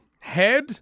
head